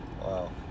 Wow